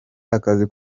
akazi